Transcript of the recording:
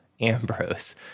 ambrose